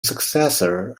successor